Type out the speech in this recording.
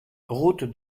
route